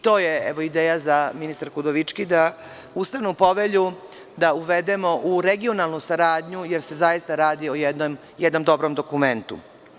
To je ideja i za ministarku Udovički, da ustavnu povelju uvedemo u regionalnu saradnju, jer se zaista radi o jednom dobrom dokumentu.